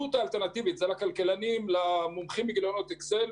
לכלכלנים ולמומחים בגיליונות אקסל,